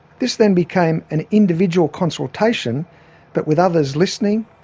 this then became an individual consultation but with others listening,